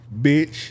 bitch